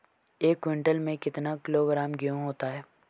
एक क्विंटल में कितना किलोग्राम गेहूँ होता है?